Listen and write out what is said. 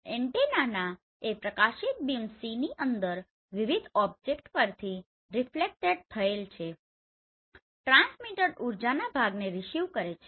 antenna એ પ્રકાશિત beam Cની અંદર વિવિધ ઓબ્જેક્ટ પર થી રીફ્લેક્તેડ થયેલ ટ્રાન્સમીટેડ ઉર્જાના ભાગને રીસીવ કરે છે